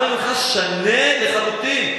אנא לך, שנה לחלוטין.